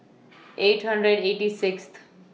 eight hundred eighty Sixth